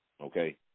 Okay